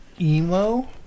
emo